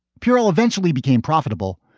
pure oil eventually became profitable.